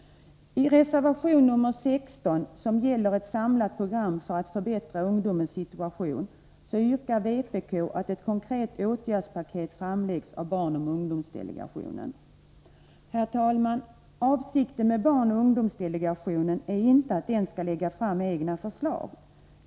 I reservation 16 som gäller ett samlat program för att förbättra ungdomens situation yrkar vpk att ett konkret åtgärdspaket framläggs av barnoch ungdomsdelegationen. Herr talman! Avsikten med barnoch ungdomsdelegationen är inte att den skall lägga fram egna förslag.